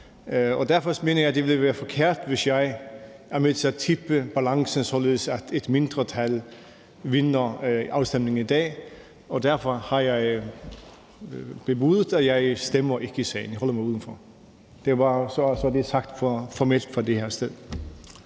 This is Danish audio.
Jeg mener, at det ville være forkert, hvis jeg er med til at tippe balancen, således at et mindretal vinder afstemningen i dag, og derfor har jeg bebudet, at jeg holder mig udenfor sagen og undlader at stemme. Så er det sagt formelt fra det her sted.